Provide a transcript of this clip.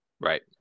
right